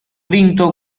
vinto